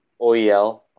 OEL